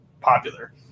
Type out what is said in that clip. popular